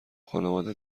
خانواده